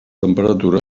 temperatures